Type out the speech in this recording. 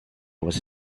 was